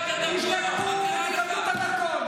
אחר כך אולי, אולי, אתה תקבל את הדרכון.